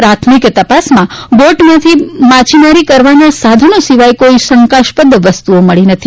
પ્રાથમિક તપાસમાં બોટમાં માછીમારી કરવાના સાધનો સિવાય કોઇ શંકાસ્પદ વસ્તુ મળી નથી